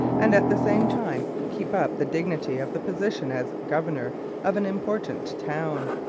and at the same time keep up the dignity of the position as governor of an important town.